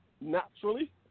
naturally